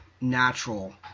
natural